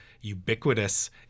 ubiquitous